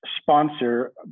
sponsor